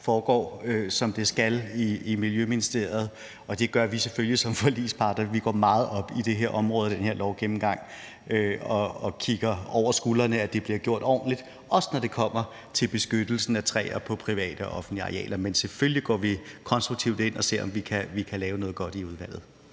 foregår, som det skal, i Miljøministeriet, og det gør vi selvfølgelig også som forligspart. Vi går meget op i det her område og den her lovgennemgang og kigger dem over skulderen, så vi kan se, at det bliver gjort ordentligt, også når det kommer til beskyttelsen af træer på private og offentlige arealer. Men selvfølgelig går vi konstruktivt ind og ser, om vi kan lave noget godt i udvalget.